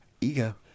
Ego